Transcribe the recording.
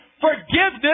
forgiveness